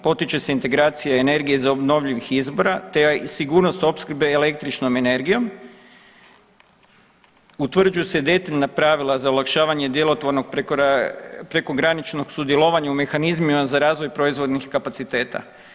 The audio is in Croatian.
Potiče se integracija energije iz obnovljivih izbora te i sigurnost opskrbe električnom energijom, utvrđuju se detaljna pravila za olakšavanje djelotvornog prekograničnog sudjelovanja u mehanizmima za razvoj proizvodnih kapaciteta.